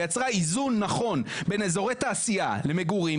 ויצרה איזון נכון בין אזורי תעשייה למגורים,